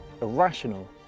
irrational